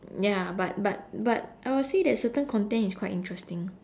ya but but but I would say that certain content is quite interesting